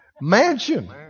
Mansion